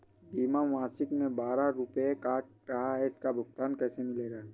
बीमा मासिक में बारह रुपय काट रहा है इसका भुगतान कैसे मिलेगा?